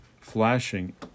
flashing